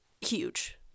huge